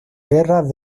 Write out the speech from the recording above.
guerras